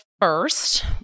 first